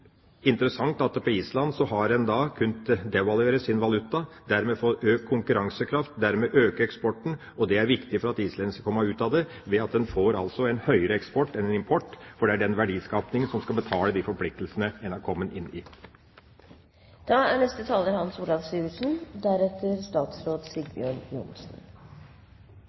interessant at på Island har en kunnet devaluere sin valuta og dermed få økt konkurransekraft og dermed øke eksporten. Det er viktig for at islendingene skal komme ut av dette, altså ved at en får høyere eksport enn import, for det er den verdiskapingen som skal betale de forpliktelsene de er kommet inn